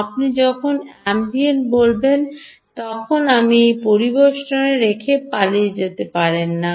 আপনি যখন অ্যাম্বিয়েন্ট বলবেন তখন আপনি এটি পরিবেষ্টনে রেখে পালিয়ে যেতে পারবেন না